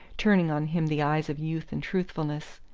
turning on him the eyes of youth and truthfulness.